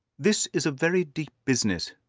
this is a very deep business,